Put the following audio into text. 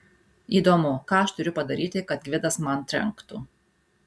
įdomu ką aš turiu padaryti kad gvidas man trenktų